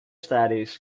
studies